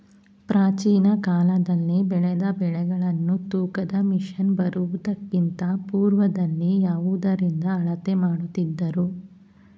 ಪ್ರಾಚೀನ ಕಾಲದಲ್ಲಿ ಬೆಳೆದ ಬೆಳೆಗಳನ್ನು ತೂಕದ ಮಷಿನ್ ಬರುವುದಕ್ಕಿಂತ ಪೂರ್ವದಲ್ಲಿ ಯಾವುದರಿಂದ ಅಳತೆ ಮಾಡುತ್ತಿದ್ದರು?